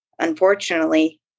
Unfortunately